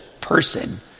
person